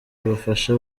abafasha